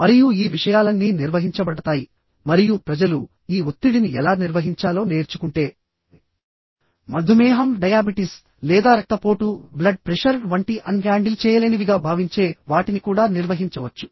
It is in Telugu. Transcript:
మరియు ఈ విషయాలన్నీ నిర్వహించబడతాయి మరియు ప్రజలు ఈ ఒత్తిడిని ఎలా నిర్వహించాలో నేర్చుకుంటే మధుమేహం లేదా రక్తపోటు వంటి అన్ హ్యాండిల్ చేయలేనివిగా భావించే వాటిని కూడా నిర్వహించవచ్చు